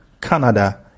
Canada